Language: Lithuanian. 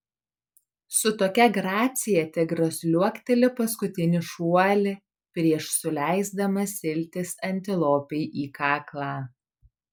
su tokia gracija tigras liuokteli paskutinį šuolį prieš suleisdamas iltis antilopei į kaklą